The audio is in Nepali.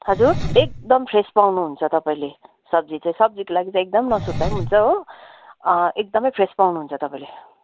हजुर एकदम फ्रेस पाउनुहुन्छ तपाईँले सब्जी चाहिँ सब्जीको लागि चाहिँ एकदम नसुर्ताए पनि हुन्छ हो एकदमै फ्रेस पाउनुहुन्छ तपाईँले